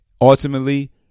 Ultimately